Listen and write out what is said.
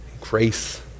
grace